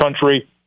country